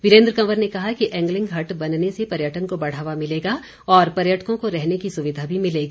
वीरेन्द्र कंवर ने कहा कि एंगलिग हट बनने से पर्यटन को बढ़ावा मिलेगा और पर्यटकों को रहने की सुविधा भी मिलेगी